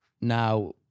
now